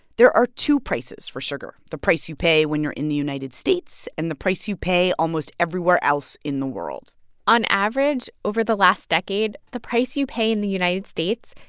there are two prices for sugar the price you pay when you're in the united states and the price you pay almost everywhere else in the world on average, over the last decade, the price you pay in the united states,